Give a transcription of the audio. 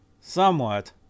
Somewhat